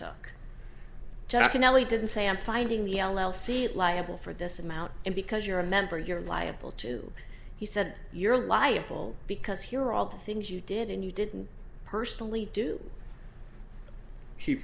nellie didn't say i'm finding the l l c it liable for this amount and because you're a member you're liable to he said you're liable because here all the things you did and you didn't personally do he